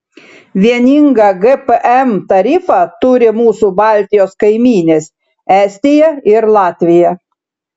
vieningą gpm tarifą turi mūsų baltijos kaimynės estija ir latvija